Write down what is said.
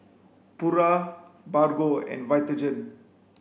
Pura Bargo and Vitagen